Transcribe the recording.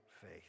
faith